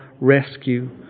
rescue